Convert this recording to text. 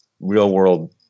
real-world